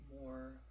more